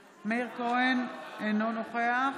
כהן, אינו נוכח